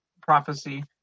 prophecy